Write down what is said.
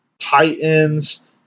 Titans